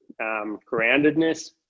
groundedness